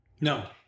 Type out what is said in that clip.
No